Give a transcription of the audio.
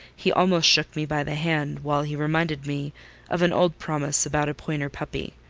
he almost shook me by the hand while he reminded me of an old promise about a pointer puppy.